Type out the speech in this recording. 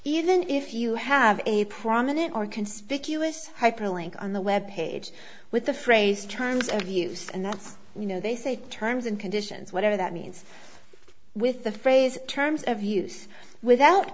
even if you have a prominent or conspicuous hyperlink on the web page with the phrase terms of use and that you know they say terms and conditions whatever that means with the phrase terms of use without